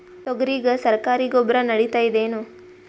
ತೊಗರಿಗ ಸರಕಾರಿ ಗೊಬ್ಬರ ನಡಿತೈದೇನು?